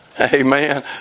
Amen